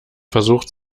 versucht